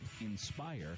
INSPIRE